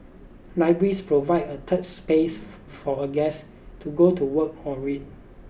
libraries provide a third space for a guest to go to work or read